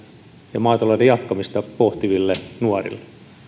ja maatalouden jatkamista pohtiville nuorille